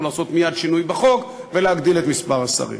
או לעשות מייד שינוי בחוק ולהגדיל את מספר השרים.